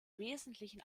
wesentlichen